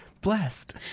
blessed